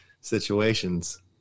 situations